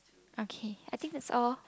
okay I think it's all